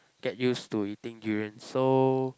get use to eating durian so